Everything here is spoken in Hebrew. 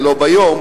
ולא ביום,